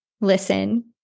listen